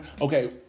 Okay